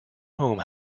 home